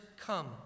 come